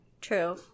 True